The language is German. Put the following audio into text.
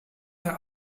der